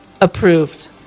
approved